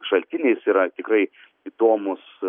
šaltiniais yra tikrai įdomūs